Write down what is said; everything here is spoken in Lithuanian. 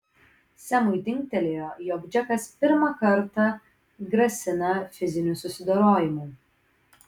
semui dingtelėjo jog džekas pirmą kartą grasina fiziniu susidorojimu